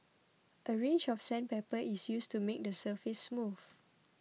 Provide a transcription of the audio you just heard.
a range of sandpaper is used to make the surface smooth